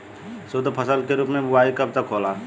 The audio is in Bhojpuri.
शुद्धफसल के रूप में बुआई कब तक होला?